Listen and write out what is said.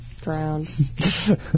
Drowned